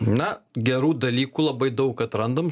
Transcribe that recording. na gerų dalykų labai daug atrandam